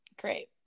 Great